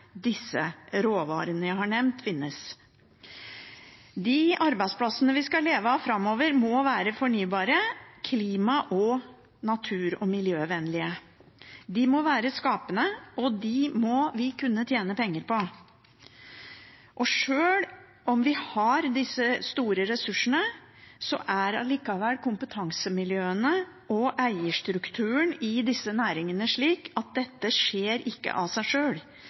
disse råvarene jeg har nevnt, finnes. De arbeidsplassene vi skal leve av framover, må være fornybare og klima-, natur- og miljøvennlige. De må være skapende, og vi må kunne tjene penger på dem. Sjøl om vi har disse store ressursene, er kompetansemiljøene og eierstrukturen i disse næringene slik at dette ikke skjer av seg sjøl.